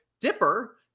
Dipper